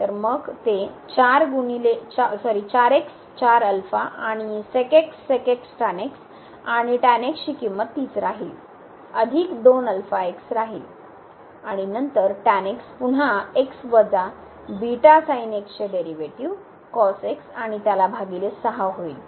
तर मग ते अल्फा आणि आणि ची किंमत तीच राहील अधिक राहील आणि नंतर पुन्हा चे डेरीवेटीव आणि त्याला भागिले 6 होईल